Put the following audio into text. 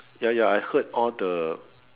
ya ya I heard all the